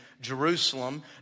Jerusalem